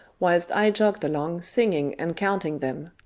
whilst i jogged along singing and counting them.